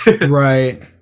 Right